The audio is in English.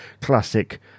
Classic